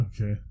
Okay